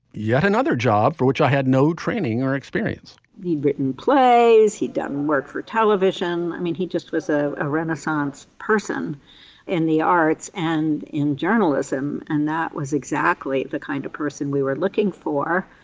yet another job for which i had no training or experience he'd written plays. he'd done work for television. i mean, he just was ah a renaissance person in the arts and in journalism. and that was exactly the kind of person we were looking for.